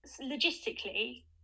logistically